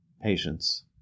Patience